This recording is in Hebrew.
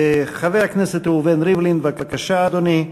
חבר הכנסת ראובן ריבלין, בבקשה, אדוני.